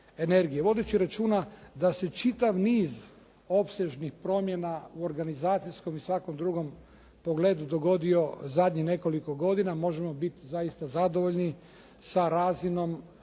Vodeći računa da se čitav niz opsežnih promjena u organizacijskom i svakom drugom pogledu dogodio zadnjih nekoliko godina možemo biti zaista zadovoljni sa razinom